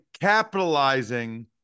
capitalizing